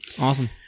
awesome